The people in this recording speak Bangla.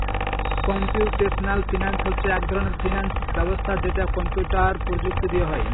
কম্পিউটেশনাল ফিনান্স হচ্ছে এক ধরনের ফিনান্স ব্যবস্থা যেটা কম্পিউটার প্রযুক্তি দিয়ে হয়